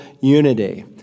unity